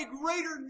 greater